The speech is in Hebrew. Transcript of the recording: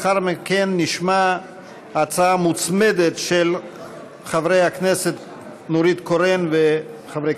ההצעה אושרה בקריאה טרומית ותועבר לוועדת